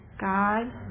god